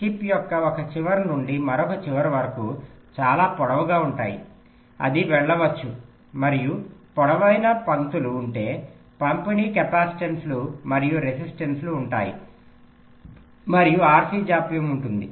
chip యొక్క ఒక చివర నుండి మరొక చివర వరకు చాలా పొడవుగా ఉంటాయి అది వెళ్ళవచ్చు మరియు పొడవైన పంక్తులు ఉంటే పంపిణీ కెపాసిటెన్సులు మరియు రెసిస్టెన్సులు ఉంటాయి మరియు RC జాప్యం ఉంటుంది